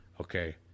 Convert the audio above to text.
Okay